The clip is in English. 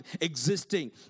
existing